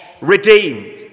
redeemed